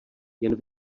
jen